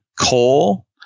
coal